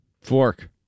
Fork